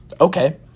Okay